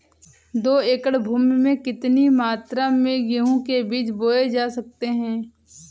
दो एकड़ भूमि में कितनी मात्रा में गेहूँ के बीज बोये जा सकते हैं?